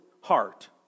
heart